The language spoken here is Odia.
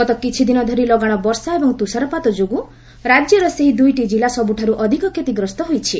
ଗତ କିଛିଦିନ ଧରି ଲଗାଶ ବର୍ଷା ଏବଂ ତୁଷାରପାତ ଯୋଗୁଁ ରାଜ୍ୟର ସେହି ଦୁଇଟି ଜିଲ୍ଲା ସବୁଠାରୁ ଅଧିକ କ୍ଷତିଗ୍ରସ୍ତ ହୋଇଛି